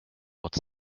pot